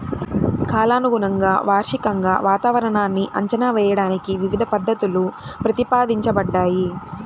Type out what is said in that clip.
కాలానుగుణంగా, వార్షికంగా వాతావరణాన్ని అంచనా వేయడానికి వివిధ పద్ధతులు ప్రతిపాదించబడ్డాయి